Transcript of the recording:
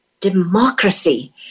democracy